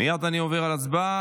מייד אני עובר להצבעה.